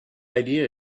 idea